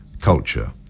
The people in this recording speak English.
culture